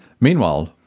Meanwhile